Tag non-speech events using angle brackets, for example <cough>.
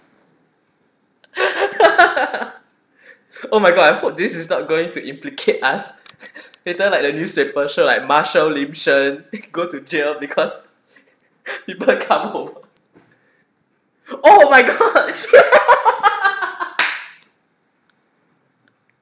<laughs> oh my god I hope this is not going to implicate us <breath> later like the newspaper show like marshall lim shern go to jail because <laughs> people come over oh my god <laughs>